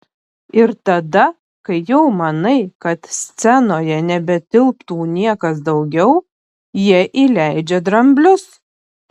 ir tada kai jau manai kad scenoje nebetilptų niekas daugiau jie įleidžia dramblius